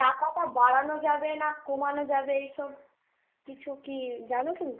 টাকাটা বাড়ানো যাবে না কমানো যাবে এই সব কিছু কী জানো কি